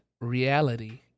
reality